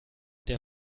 der